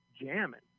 jamming